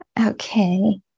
Okay